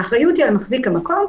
האחריות היא על מחזיק המקום,